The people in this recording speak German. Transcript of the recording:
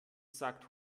sagt